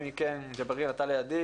מי מכם שירצה לפתוח,